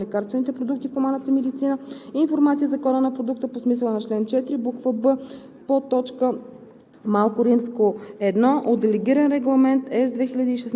чрез специализираната електронна система по чл. 217б, ал. 1 от Закона за лекарствените продукти в хуманната медицина, информация за кода на продукта по смисъла на чл. 4, буква б), подточка